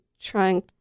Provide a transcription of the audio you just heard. trying